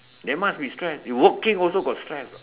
never mind we stress we working also also got stress